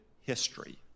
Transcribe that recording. history